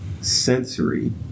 Sensory